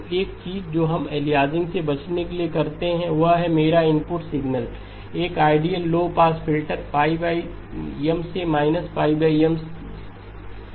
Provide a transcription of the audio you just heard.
तो एक चीज जो हम अलियासिंग से बचने के लिए करते हैं वह है मेरा इनपुट सिग्नल एक ideal low pass filter π M से −π M से पारित करना है